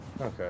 Okay